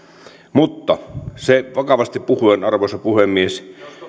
mutta vakavasti puhuen arvoisa puhemies